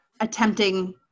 attempting